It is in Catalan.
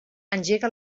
engega